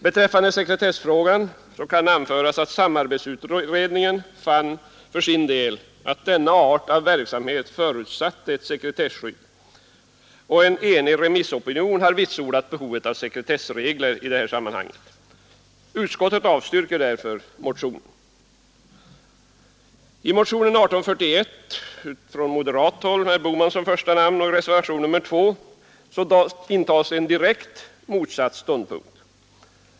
Beträffande sekretessfrågan kan det anföras att samarbetsutredningen för sin del fann att denna art av verksamhet förutsatte ett sekretesskydd och att en enig remissopinion har vitsordat behovet av sekretessregler i detta sammanhang. Utskottet avstyrker därför motionen. I motionen 1841 från moderat håll med herr Bohman som första namn och i reservationen 2 intas en direkt motsatt ståndpunkt.